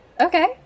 Okay